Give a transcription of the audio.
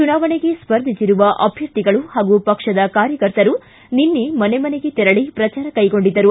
ಚುನಾವಣೆಗೆ ಸ್ಪರ್ಧಿಸಿರುವ ಅಭ್ಯರ್ಥಿಗಳು ಹಾಗೂ ಪಕ್ಷದ ಕಾರ್ಯಕರ್ತರು ನಿನ್ನೆ ಮನೆಮನೆಗೆ ತೆರಳಿ ಪ್ರಚಾರ ಕೈಗೊಂಡಿದ್ದರು